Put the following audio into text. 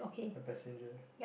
a passenger